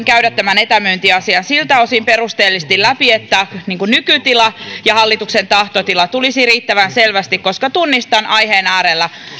käydä tämän etämyyntiasian siltä osin perusteellisesti läpi että nykytila ja hallituksen tahtotila tulisivat riittävän selviksi koska tunnistan aiheen äärellä